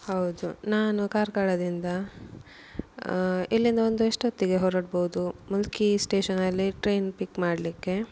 ಹೌದು ನಾನು ಕಾರ್ಕಳದಿಂದ ಇಲ್ಲಿಂದ ಒಂದು ಎಷ್ಟೊತ್ತಿಗೆ ಹೊರಡ್ಬೋದು ಮುಲ್ಕಿ ಸ್ಟೇಷನಲ್ಲಿ ಟ್ರೈನ್ ಪಿಕ್ ಮಾಡಲಿಕ್ಕೆ